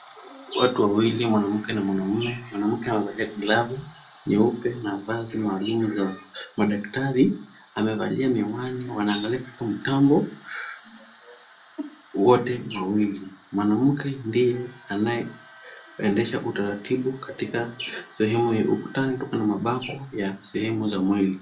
Watu wawili, mwanamke na mwanamume. Mwanamke amevalia glavu nyeupe na vazi maalum za madaktari, amevalia miwani. Wanaangalia katika mtambo wote wawili, mwanamke ndiye anayeendesha utaratibu katika sehemu hii. Ukutani tuko na mabango ya sehemu za mwili.